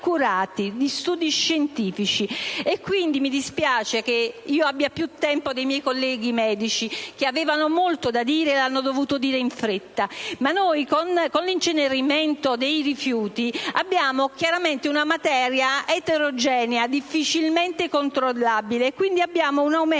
di studi scientifici. Quindi - mi dispiace di avere più tempo dei miei colleghi medici che avevano molto da dire e l'hanno dovuto fare in fretta - dobbiamo rilevare che con l'incenerimento dei rifiuti abbiamo chiaramente una materia eterogenea e difficilmente controllabile; abbiamo un incremento